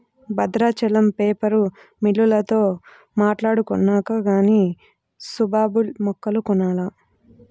Bhadrachalam paper మిల్లోల్లతో మాట్టాడుకొన్నాక గానీ సుబాబుల్ మొక్కలు కొనాల